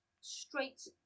straight